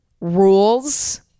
rules